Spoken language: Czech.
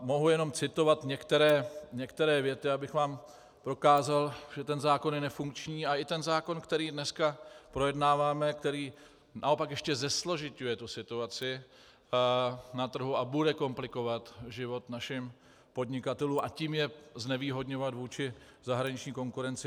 Mohu jenom citovat některé věty, abych vám dokázal, že ten zákon je nefunkční, a i ten zákon, který dneska projednáváme, který naopak ještě zesložiťuje situaci na trhu a bude komplikovat život našim podnikatelům, a tím je znevýhodňovat vůči zahraniční konkurenci.